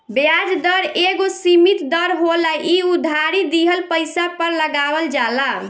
ब्याज दर एगो सीमित दर होला इ उधारी दिहल पइसा पर लगावल जाला